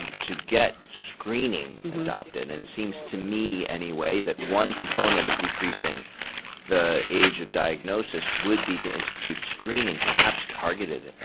um to get screening adopted. and it seems to me anyway, that one component of decreasing the age of diagnosis would be to institute screening, perhaps targeted